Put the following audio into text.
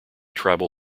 tribal